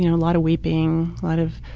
you know lot of weeping, a lot of,